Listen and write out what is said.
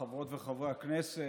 חברות וחברי הכנסת,